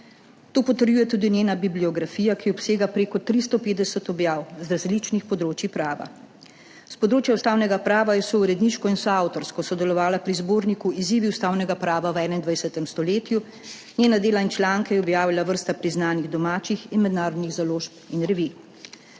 To potrjuje tudi njena bibliografija, ki obsega prek 350 objav z različnih področij prava. S področja ustavnega prava je souredniško in soavtorsko sodelovala pri zborniku Izzivi ustavnega prava v 21. stoletju. Njena dela in članke je objavila vrsta priznanih domačih in mednarodnih založb in revij.